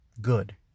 good